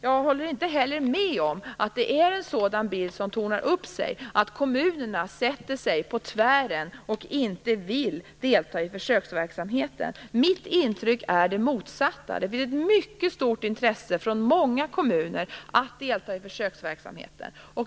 Jag håller inte heller med om att det är sådan bild som tornar upp sig, att kommunerna sätter sig på tvären och inte vill delta i försöksverksamheten. Mitt intryck är det motsatta. Det finns ett mycket stort intresse från många kommuner att delta i försöksverksamheten.